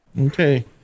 Okay